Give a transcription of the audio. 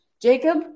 Jacob